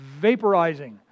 vaporizing